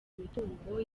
imitungo